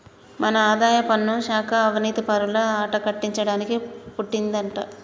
మన ఆదాయపన్ను శాఖ అవనీతిపరుల ఆట కట్టించడానికి పుట్టిందంటా